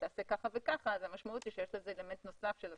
תעשה כך וכך המשמעות היא שיש לזה אלמנט נוסף של הסכמה.